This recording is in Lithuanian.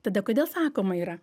tada kodėl sakoma yra